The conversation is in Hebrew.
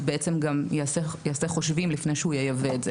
אז בעצם גם יעשה חושבים לפני שהוא ייבא את זה.